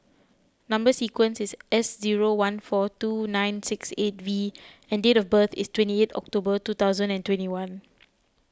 Number Sequence is S zero one four two nine six eight V and date of birth is twenty eight October two thousand and twenty one